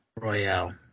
Royale